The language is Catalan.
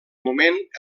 moment